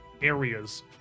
areas